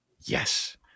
Yes